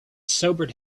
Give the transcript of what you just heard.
sobered